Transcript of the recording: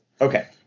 okay